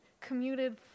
commuted